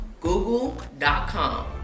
google.com